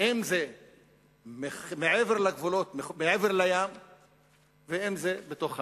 אם מעבר לים ואם בתוך המדינה.